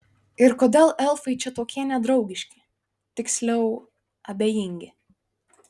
ir kodėl elfai čia tokie nedraugiški tiksliau abejingi